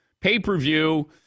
pay-per-view